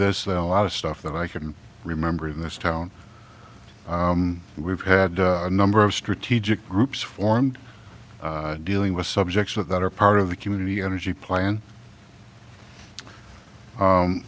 this a lot of stuff that i can remember in this town we've had a number of strategic groups formed dealing with subjects that are part of the community energy plan